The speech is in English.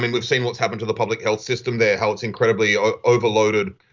and we've seen what's happened to the public health system there, how it's incredibly ah overloaded.